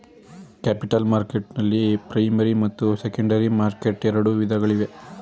capital ಮಾರ್ಕೆಟ್ನಲ್ಲಿ primary ಮತ್ತು secondary market ಎರಡು ವಿಧಗಳಿವೆ